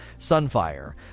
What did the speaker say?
Sunfire